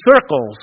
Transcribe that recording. circles